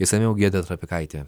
išsamiau giedrė trapikaitė